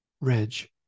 Reg